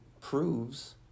proves